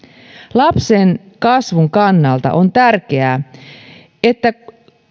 lapsen kasvun kannalta on tärkeää että